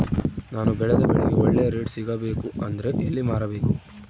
ನಾನು ಬೆಳೆದ ಬೆಳೆಗೆ ಒಳ್ಳೆ ರೇಟ್ ಸಿಗಬೇಕು ಅಂದ್ರೆ ಎಲ್ಲಿ ಮಾರಬೇಕು?